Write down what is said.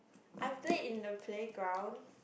I played in the playgrounds